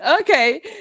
Okay